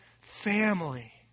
family